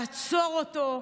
לעצור אותו,